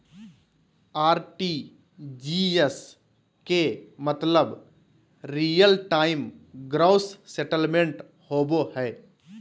RTGS के मतलब real time gross settlement होबो हय